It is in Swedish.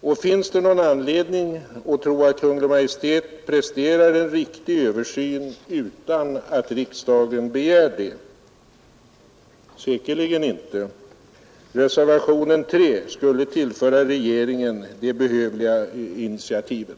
Och finns det någon anledning att tro att Kungl. Maj:t presterar en riktig översyn utan att riksdagen begär det? Säkerligen inte. Reservationen 3 skulle tillföra regeringen det behövliga initiativet.